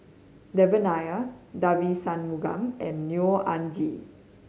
Devan Nair Devagi Sanmugam and Neo Anngee